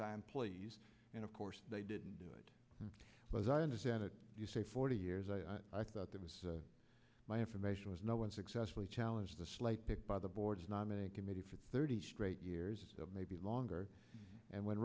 time please and of course they didn't do it as i understand it you say forty years i thought that was my information was no one successfully challenge the slate picked by the board's nominating committee for thirty straight years maybe longer and went